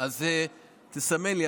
תסמן לי.